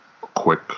quick